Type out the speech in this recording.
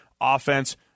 offense